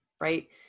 right